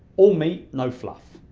all meat, no fluff.